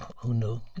who knew?